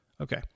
Okay